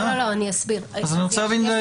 אני רוצה להבין.